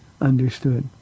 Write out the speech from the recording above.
understood